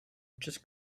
just